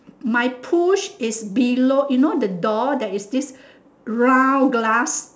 my push is below you know the door there is this round glass